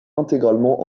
intégralement